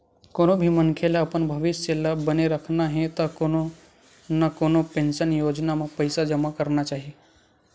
कोनो भी मनखे ल अपन भविस्य ल बने राखना हे त कोनो न कोनो पेंसन योजना म पइसा जमा करना चाही